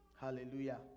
Hallelujah